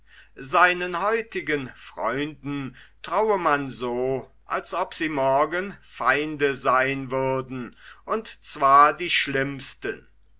seinen heutigen freunden traue man so als ob sie morgen feinde seyn würden und zwar die schlimmsten